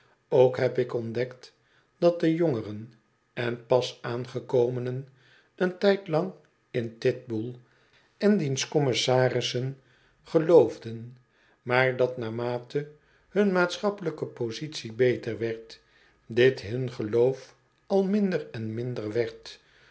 ook heb ik ontdekt dat de jongeren en pas aangekomenen een tijdlang in titbnll en diens commissarissen geloofden maar dat naarmate hun maatschappelijke positie beter werd dit hun geloof al minder en minder werd